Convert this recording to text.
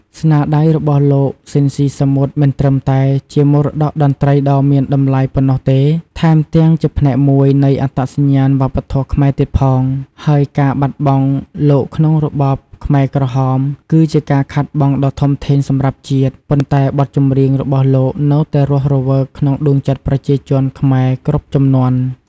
ស្នាដៃរបស់លោក ស៊ីន ស៊ីសមុត មិនត្រឹមតែជាមរតកតន្ត្រីដ៏មានតម្លៃប៉ុណ្ណោះទេ ថែមទាំងជាផ្នែកមួយនៃអត្តសញ្ញាណវប្បធម៌ខ្មែរទៀតផង ហើយការបាត់បង់លោកក្នុងរបបខ្មែរក្រហមគឺជាការខាតបង់ដ៏ធំធេងសម្រាប់ជាតិ ប៉ុន្តែបទចម្រៀងរបស់លោកនៅតែរស់រវើកក្នុងដួងចិត្តប្រជាជនខ្មែរគ្រប់ជំនាន់។